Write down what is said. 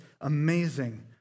amazing